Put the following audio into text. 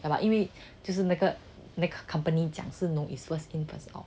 yeah lah 因为就是那个那个 company 讲是 no it's first in first out